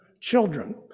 children